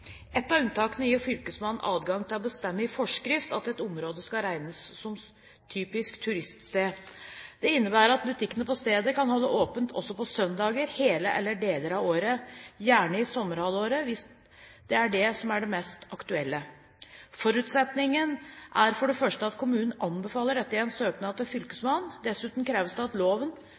Et av unntakene gir fylkesmannen adgang til å bestemme i forskrift at et område skal regnes som typisk turiststed. Dette innebærer at butikkene på stedet kan holde åpent også på søndager hele eller deler av året – gjerne i sommerhalvåret, hvis det er det som er det mest aktuelle. Forutsetningen er for det første at kommunen anbefaler dette i en søknad til fylkesmannen. Dessuten kreves det etter loven